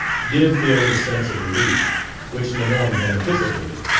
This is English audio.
did feel the sense of relief which lemoyne had anticipated,